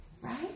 Right